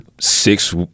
six